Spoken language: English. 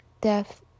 death